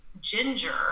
ginger